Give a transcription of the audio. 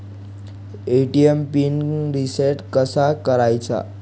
ATM pin reset कसा करायचा?